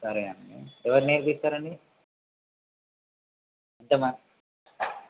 సరే అండి ఎవరు నేర్పిస్తారండి ఎంత